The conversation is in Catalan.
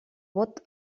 vot